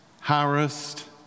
harassed